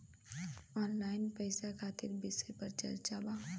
Online पैसा खातिर विषय पर चर्चा वा?